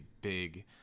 big